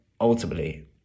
ultimately